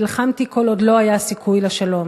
נלחמתי כל עוד לא היה סיכוי לשלום.